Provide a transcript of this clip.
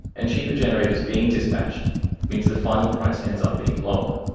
and cheaper generators being dispatched means the final price ends up being lower.